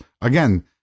again